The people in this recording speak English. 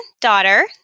daughter